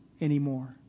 anymore